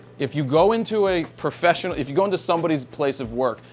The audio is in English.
if you go into a profession, if you go into somebody's place of work,